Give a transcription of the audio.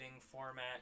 format